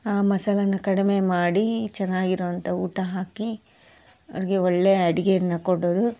ಮಸಾಲೆನ ಕಡಿಮೆ ಮಾಡಿ ಚೆನ್ನಾಗಿರೋಂಥ ಊಟ ಹಾಕಿ ಅಡುಗೆ ಒಳ್ಳೆಯ ಅಡುಗೆಯನ್ನ ಕೊಡೋದು